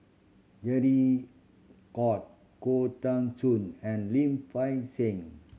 De Coutre Khoo Teng Soon and Lim Fei Shen